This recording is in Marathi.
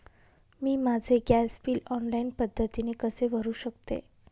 मी माझे गॅस बिल ऑनलाईन पद्धतीने कसे भरु शकते?